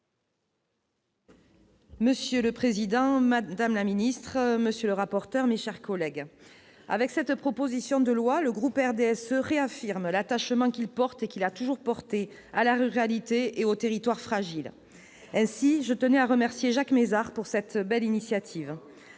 Monsieur le président, madame la ministre, monsieur le rapporteur, mes chers collègues, avec cette proposition de loi, le groupe du RDSE réaffirme l'attachement qu'il porte et qu'il a toujours porté à la ruralité et aux territoires fragiles. Aussi, je tenais à remercier Jacques Mézard de cette belle initiative.